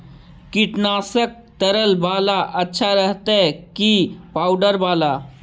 कीटनाशक तरल बाला अच्छा रहतै कि पाउडर बाला?